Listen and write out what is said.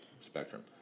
spectrum